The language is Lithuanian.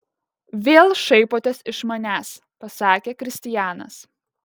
vėl šaipotės iš manęs pasakė kristianas